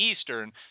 Eastern